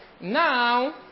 Now